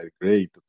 great